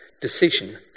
decision